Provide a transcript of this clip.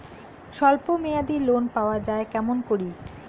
স্বল্প মেয়াদি লোন পাওয়া যায় কেমন করি?